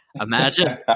imagine